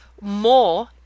more